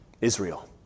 Israel